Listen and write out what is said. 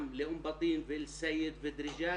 גם לאום בטין ואל-סייד ודריג'את